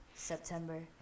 september